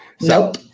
Nope